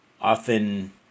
often